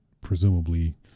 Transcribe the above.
presumably